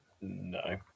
No